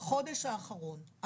בחודש האחרון.